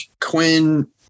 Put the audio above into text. Quinn